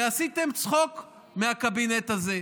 ועשיתם צחוק מהקבינט הזה.